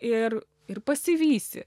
ir ir pasivysi